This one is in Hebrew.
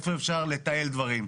איפה אפשר לתעל דברים.